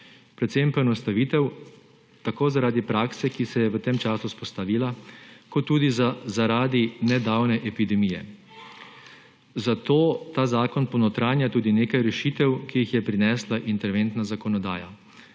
predvsem poenostavitev tako zaradi prakse, ki se je v tem času vzpostavila, kot tudi zaradi nedavne epidemije. Zato ta zakon ponotranja tudi nekaj rešitev, ki jih je prinesla interventna zakonodaja.